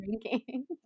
drinking